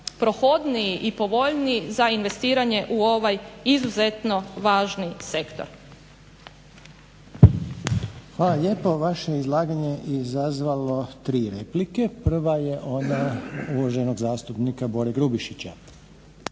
prohodniji i povoljniji za investiranje u ovaj izuzetno važni sektor.